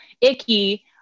icky